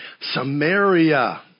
Samaria